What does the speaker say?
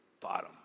bottom